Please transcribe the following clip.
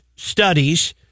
Studies